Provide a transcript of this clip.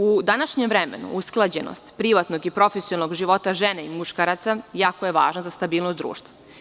U današnjem vremenu usklađenost privatnog i profesionalnog života žene i muškarca jako je važno za stabilnost društva.